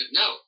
no